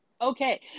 Okay